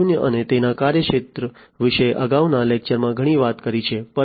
0 અને તેના કાર્યક્ષેત્ર વિશે અગાઉના લેક્ચરમાં ઘણી વાત કરી છે પરંતુ ઈન્ડસ્ટ્રી 4